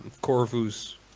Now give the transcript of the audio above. Corvus